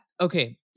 okay